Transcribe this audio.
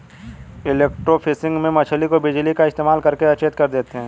electrofishing में मछली को बिजली का इस्तेमाल करके अचेत कर देते हैं